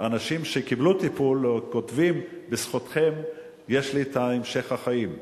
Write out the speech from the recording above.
אנשים שקיבלו מכתבים: בזכותכם יש לי את המשך החיים.